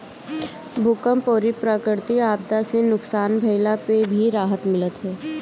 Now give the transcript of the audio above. भूकंप अउरी प्राकृति आपदा से नुकसान भइला पे भी राहत मिलत हअ